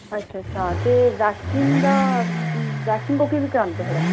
अच्छा अच्छा ते वैक्सिंग दा वैक्सिंग कोह्की करांदे थुआढ़े